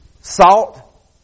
Salt